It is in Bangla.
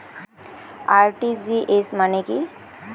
আর.টি.জি.এস মানে কি?